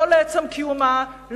לא לעצם קיומה,